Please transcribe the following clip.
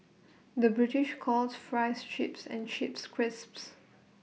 the British calls Fries Chips and Chips Crisps